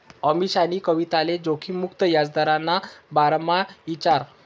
अमीशानी कविताले जोखिम मुक्त याजदरना बारामा ईचारं